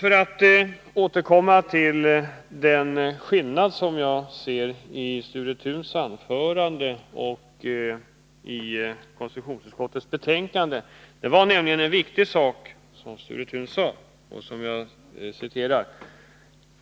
Jag ser en skillnad mellan Sture Thuns anförande och konstitutionsut skottets betänkande. Det fanns något viktigt som Sture Thun sade: